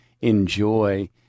enjoy